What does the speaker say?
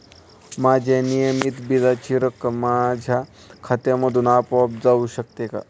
माझ्या नियमित बिलाची रक्कम माझ्या खात्यामधून आपोआप जाऊ शकते का?